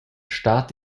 stad